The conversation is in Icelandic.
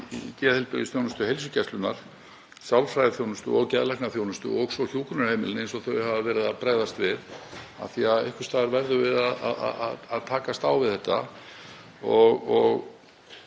geðheilbrigðisþjónustu heilsugæslunnar, sálfræðiþjónustu og geðlæknaþjónustu og svo hjúkrunarheimilin eins og þau hafa verið að bregðast við því að einhvers staðar verðum við að takast á við þetta.